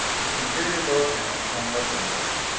its interior door panel swung open for him.